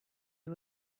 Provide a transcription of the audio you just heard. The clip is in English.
you